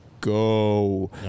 go